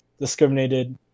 discriminated